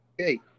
Okay